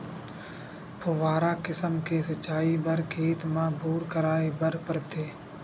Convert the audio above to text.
फव्हारा किसम के सिचई बर खेत म बोर कराए बर परथे